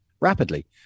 rapidly